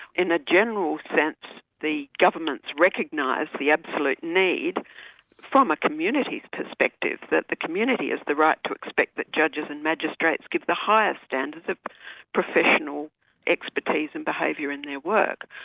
in a general sense, the governments recognise the absolute need from a community's perspective, that the community has the right to expect that judges and magistrates give the highest standards of professional expertise and behaviour in their work.